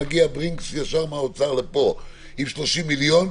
ומגיע ברינקס ישר מהאוצר לפה עם 30 מיליון,